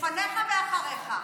לפניך ואחריך.